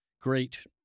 great